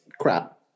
Crap